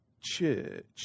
church